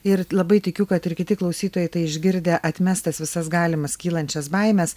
ir labai tikiu kad ir kiti klausytojai tai išgirdę atmes tas visas galimas kylančias baimes